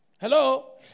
Hello